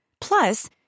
Plus